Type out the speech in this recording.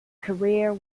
career